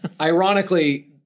Ironically